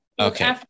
Okay